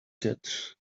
cat